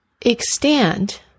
Extend